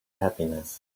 happiness